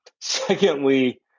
Secondly